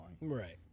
Right